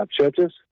churches